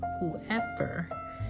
whoever